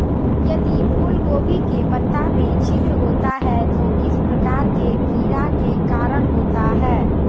यदि फूलगोभी के पत्ता में छिद्र होता है तो किस प्रकार के कीड़ा के कारण होता है?